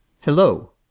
Hello